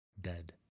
dead